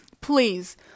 please